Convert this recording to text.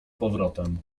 powrotem